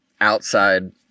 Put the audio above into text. outside